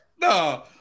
No